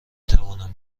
توانم